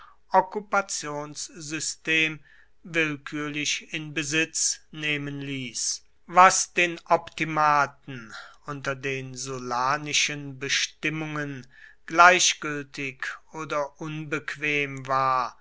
okkupationssystem willkürlich in besitz nehmen ließ was den optimaten unter den sullanischen bestimmungen gleichgültig oder unbequem war